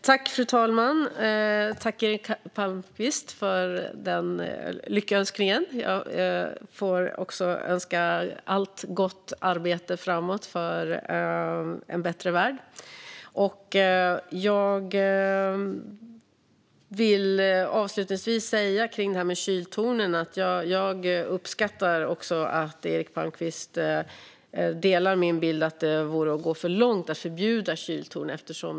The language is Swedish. Fru talman! Tack, Eric Palmqvist, för lyckönskningen! Jag önskar ledamoten allt gott i arbetet framåt för en bättre värld. Jag vill avslutningsvis säga gällande det här med kyltornen att jag uppskattar att Eric Palmqvist delar min bild att det vore att gå för långt att förbjuda kyltorn.